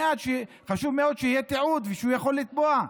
חשוב מאוד שיהיה תיעוד ושהוא יוכל לתבוע.